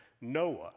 Noah